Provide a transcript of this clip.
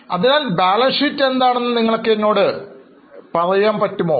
അതിനാൽ ബാലൻസ്ഷീറ്റ് എന്താണെന്ന് നിങ്ങൾക്ക് എന്നോട് പറയാൻ ആകുമോ